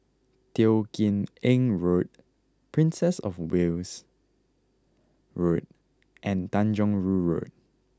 Teo Kim Eng Road Princess Of Wales Road and Tanjong Rhu Road